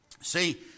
See